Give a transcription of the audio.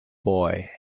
boy